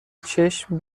چشم